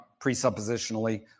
presuppositionally